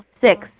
Six